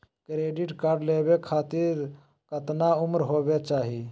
Credit card लेवे खातीर कतना उम्र होवे चाही?